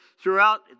Throughout